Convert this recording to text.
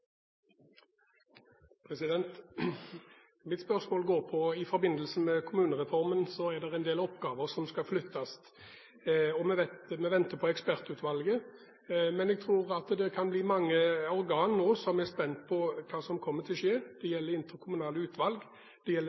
I forbindelse med kommunereformen er det en del oppgaver som skal flyttes, og vi venter på ekspertutvalget. Men jeg tror det kan være mange organer nå som er spent på hva som kommer til å skje. Det gjelder interkommunale utvalg, det gjelder